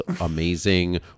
amazing